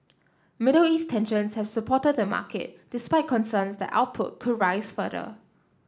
Middle East tensions have supported the market despite concerns that output could rise further